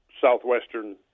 southwestern